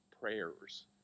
prayers